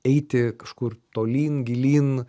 eiti kažkur tolyn gilyn